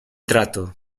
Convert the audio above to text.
trato